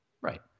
Right